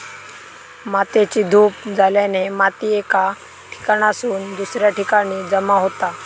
मातेची धूप झाल्याने माती एका ठिकाणासून दुसऱ्या ठिकाणी जमा होता